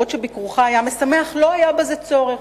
ביקורך היה משמח, אבל לא היה בו צורך,